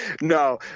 no